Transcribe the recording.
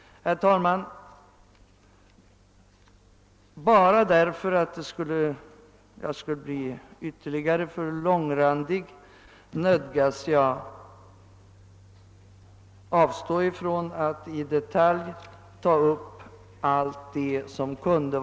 Herr talman! Jag nödgas avstå från att i detalj gå in på allt som det kunde finnas anledning att ta upp redan därigenom att jag eljest skulle bli alltför långrandig.